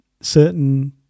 certain